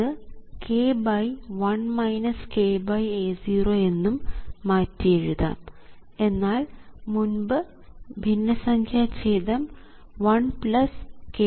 ഇത് k1 kA0 എന്നും മാറ്റിയെഴുതാം എന്നാൽ മുൻപ് ഭിന്നസംഖ്യാഛേദം 1kA0 ആയിരുന്നു